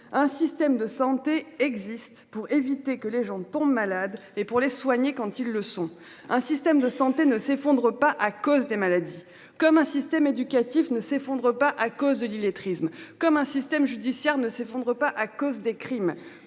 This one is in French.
un système de santé existent pour éviter que les gens ne tombent malades et pour les soigner quand ils le sont un système de santé ne s'effondre pas à cause des maladies comme un système éducatif ne s'effondre pas à cause de l'illettrisme, comme un système judiciaire ne s'effondre pas à cause des crimes